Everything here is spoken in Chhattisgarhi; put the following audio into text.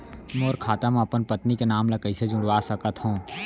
मोर खाता म अपन पत्नी के नाम ल कैसे जुड़वा सकत हो?